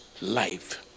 life